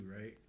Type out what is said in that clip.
right